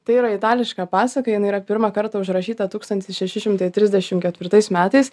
tai yra itališka pasaka jinai yra pirmą kartą užrašyta tūkstantis šeši šimtai trisdešim ketvirtais metais